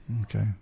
Okay